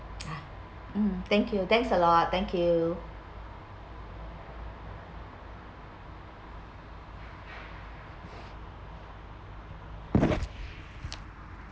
mm thank you thanks a lot thank you